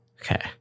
Okay